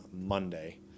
Monday